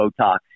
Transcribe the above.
Botox